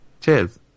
Cheers